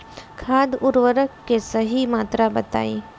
खाद उर्वरक के सही मात्रा बताई?